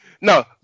No